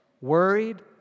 Worried